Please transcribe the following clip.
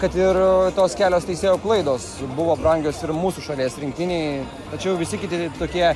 kad ir tos kelios teisėjo klaidos buvo brangios ir mūsų šalies rinktinėj tačiau visi kiti tokie